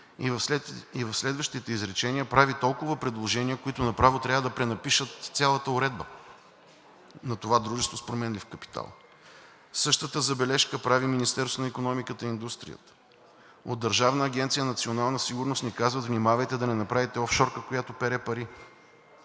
и в следващите изречения прави толкова предложения, които направо трябва да пренапишат цялата уредба на това дружество с променлив капитал. Същата забележка прави и Министерството на икономиката и индустрията. От Държавна агенция „Национална сигурност“ ни казват: „Внимавайте да не направите офшорка, която пере пари.“